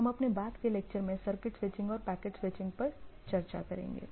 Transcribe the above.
हम अपने बाद के लेक्चर में सर्किट स्विचिंग और पैकेट स्विचिंग पर चर्चा करेंगे